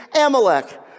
Amalek